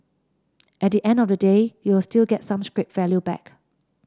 at the end of the day you'll still get some scrap value back